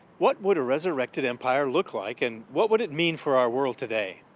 what would a resurrected empire look like and what would it mean for our world today?